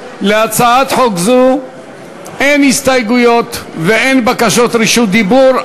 להצעת חוק זו אין הסתייגויות ואין בקשות רשות דיבור.